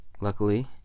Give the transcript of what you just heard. luckily